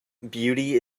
beauty